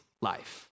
life